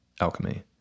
alchemy